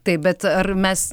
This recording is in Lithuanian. taip bet ar mes